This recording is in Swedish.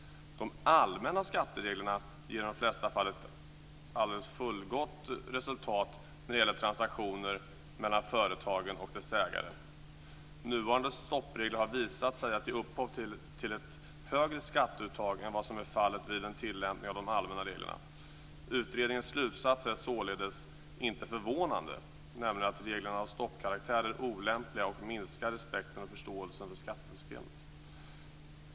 De allmänna skattereglerna ger i de flesta fall ett alldeles fullgott resultat när det gäller transaktioner mellan företagen och dess ägare. Nuvarande stoppregler har visat sig ge upphov till ett högre skatteuttag än vad som är fallet vid en tillämpning av de allmänna reglerna. Utredningens slutsats är således inte förvånande, nämligen att regler av stoppkaraktär är olämpliga och minskar respekten och förståelsen för skattesystemet.